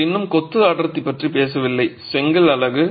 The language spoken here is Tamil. நாங்கள் இன்னும் கொத்து அடர்த்தி பற்றி பேசவில்லை செங்கல் அலகு